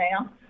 now